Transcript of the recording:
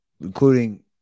including